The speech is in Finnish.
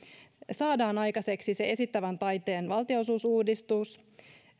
saadaan aikaiseksi se esittävän taiteen valtionosuusuudistus